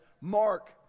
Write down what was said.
Mark